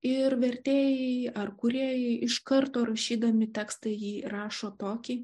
ir vertėjai ar kūrėjai iš karto rašydami tekstą jį rašo tokį